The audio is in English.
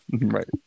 right